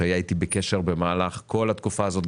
שהיה איתי בקשר במהלך כל התקופה הזאת.